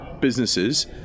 businesses